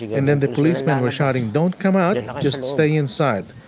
and then the policemen were shouting, don't come out. and just stay inside.